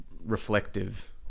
reflective